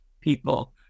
people